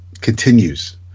continues